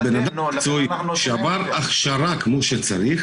כי בן אדם מקצועי שעבר הכשרה כמו שצריך